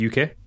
UK